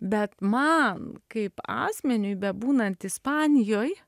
bet man kaip asmeniui bebūnant ispanijoj